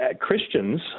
Christians